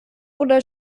oder